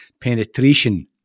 penetration